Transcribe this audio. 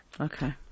Okay